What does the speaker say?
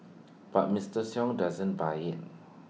but Mister sung doesn't buy IT